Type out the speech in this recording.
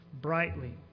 brightly